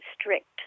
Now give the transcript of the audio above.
strict